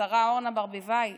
השרה אורנה ברביבאי,